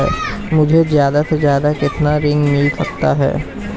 मुझे ज्यादा से ज्यादा कितना ऋण मिल सकता है?